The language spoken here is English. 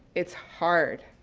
it's hard.